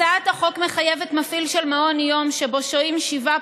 הצעת החוק מחייבת מפעיל של מעון יום שבו שוהים שבעה